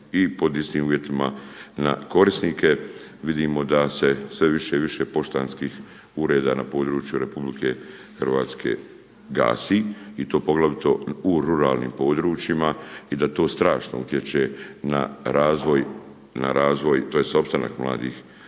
i pod istim uvjetima na korisnike. Vidimo da se sve više i više poštanskih ureda na području RH gasi i to poglavito u ruralnim područjima i da to strašno utječe na razvoj, tj. opstanak mladih na